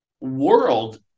world